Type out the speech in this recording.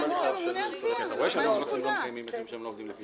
למה אני חייב --- אתה רואה שהם לא עובדים לפי זה.